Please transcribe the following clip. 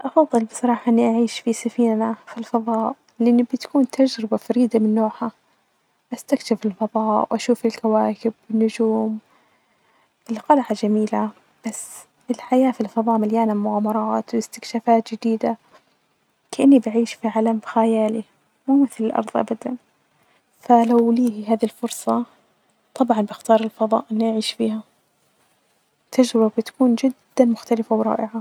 أفضل بصراحة إني أعيش في سفينة في الفظاء ،لإن بتكون تجربة فريدة من نوعها بستكشف الفظاء ،وأشوف الكواكب والنجوم ،القلعة جميلة بس الحياة في الفظاء مليانة مغامرات واستكشافات جديدة ،كإني بعيش في عالم خيالي مو مثل الأرض أبدا فلو لي هذي الفرصة طبعا بختار الفظاء اني اعيش فيها تجربة بتكون جدا مختلفة ورائعة.